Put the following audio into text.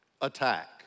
attack